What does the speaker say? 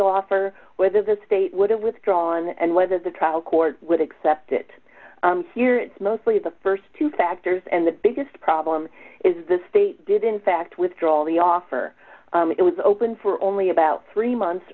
offer whether the state would have withdrawn and whether the trial court with accept it your it's mostly the st two factors and the biggest problem is the state did in fact withdraw all the offer it was open for only about three months